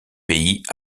pays